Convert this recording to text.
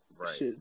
Right